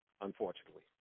unfortunately